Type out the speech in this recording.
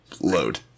Load